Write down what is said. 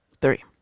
Three